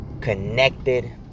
connected